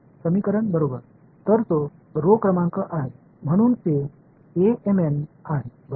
समीकरण बरोबर तर तो रो क्रमांक आहे म्हणून ते आहे बरोबर